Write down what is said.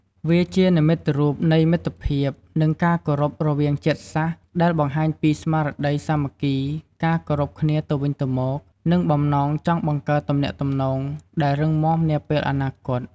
វាជានិមិត្តរូបនៃមិត្តភាព និងការគោរពរវាងជាតិសាសន៍ ដែលបង្ហាញពីស្មារតីសាមគ្គី ការគោរពគ្នាទៅវិញទៅមក និងបំណងចង់បង្កើតទំនាក់ទំនងដែលរឹងមាំនាពេលអនាគត។